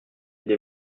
des